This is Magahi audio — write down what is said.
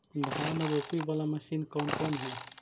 धान रोपी बाला मशिन कौन कौन है?